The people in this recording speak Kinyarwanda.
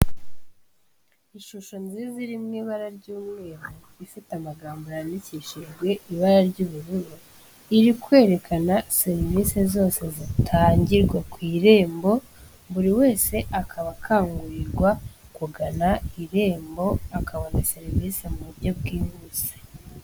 Ishusho nziza iriri mu ibara ry'umweru, ifite amagambo yandikishijwe ibara ry'ubururu, iri kwerekana serivise zose zitangirwa ku Irembo, buri wese akaba akangurirwa kugana Irembo akabona serivisi mu buryo bwihuse.